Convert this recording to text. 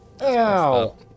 Ow